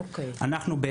אנחנו,